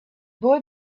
boy